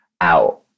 out